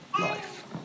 life